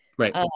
Right